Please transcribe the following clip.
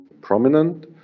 prominent